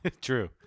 True